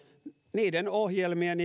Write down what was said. niiden ohjelmien